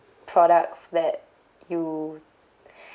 products that you